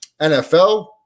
NFL